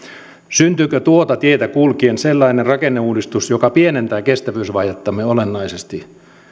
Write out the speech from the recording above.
syntyykö tuota tietä kulkien sellainen rakenneuudistus joka pienentää kestävyysvajettamme olennaisesti